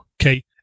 Okay